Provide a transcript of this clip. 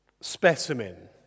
specimen